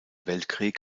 weltkrieg